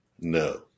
No